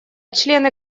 члены